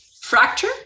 Fracture